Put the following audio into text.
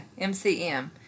MCM